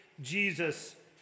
Jesus